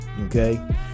okay